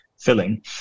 filling